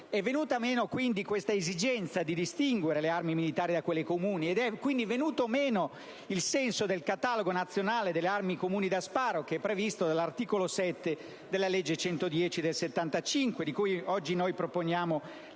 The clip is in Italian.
È venuta meno quindi l'esigenza di distinguere le armi militari da quelle comuni, ed è venuto meno il senso del catalogo nazionale delle armi comuni da sparo, previsto dall'articolo 7, di cui oggi proponiamo